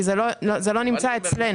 זה לא נמצא אצלנו.